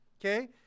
okay